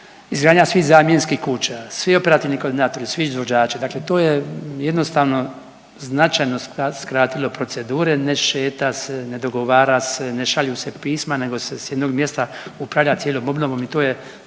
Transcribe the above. izgradnja svih zamjenskih kuća, svi operativni koordinatori, svi izvođači, dakle to je jednostavno značajno skratilo procedure, ne šeta se, ne dogovara se, ne šalju se pisma nego se s jednog upravlja cijelom obnovom i to je